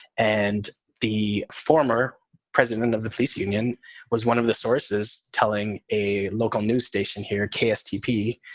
and the former president of the police union was one of the sources telling a local news station here, kstp,